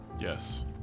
Yes